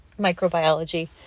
microbiology